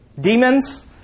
Demons